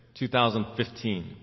2015